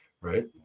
right